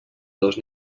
dos